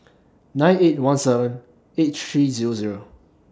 nine eight one seven eight three Zero Zero